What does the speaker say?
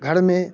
घर में